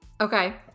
Okay